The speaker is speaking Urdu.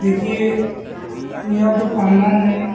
دیکھیے میرا جو خاندان ہے